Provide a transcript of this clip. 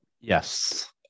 Yes